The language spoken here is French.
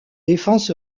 défense